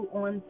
on